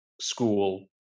school